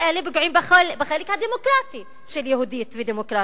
כי אלה פוגעים בחלק הדמוקרטי של "יהודית ודמוקרטית".